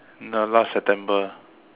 the last September